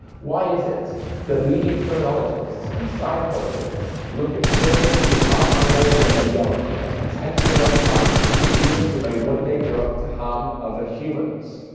why is it that leading criminologists and psychologists look at children who harm animals when they're young as potential red flags for humans who may one day grow up to harm other ah humans?